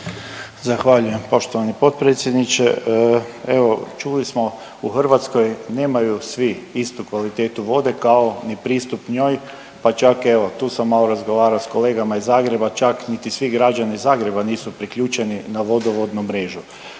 Zahvaljujem poštovani potpredsjedniče. Evo čuli smo, u Hrvatskoj nemaju svi istu kvalitetu vode, kao ni pristup njoj, pa čak evo tu sam malo razgovarao s kolegama iz Zagreba, čak niti svi građani Zagreba nisu priključeni na vodovodnu mrežu.